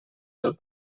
del